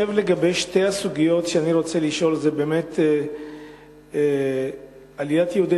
שתי הסוגיות שאני רוצה לשאול הן לגבי עליית יהודי